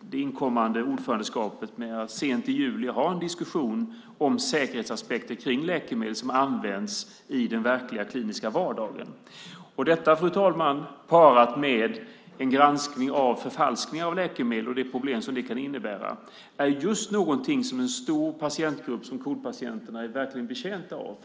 det inkommande ordförandeskapet med att, sent i juli, ha en diskussion om säkerhetsaspekter kring läkemedel som används i den verkliga kliniska vardagen. Detta, fru talman, parat med en granskning av förfalskningar av läkemedel och de problem som det kan innebära är just någonting som en så stor patientgrupp som KOL-patienterna verkligen är betjänt av.